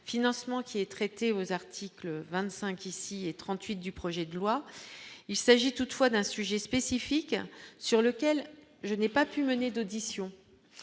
qui est traité aux articles 25 ici et 38 du projet de loi, il s'agit toutefois d'un sujet spécifique sur lequel je n'ai pas pu mener d'audition,